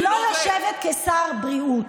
היא לא יושבת כשר בריאות,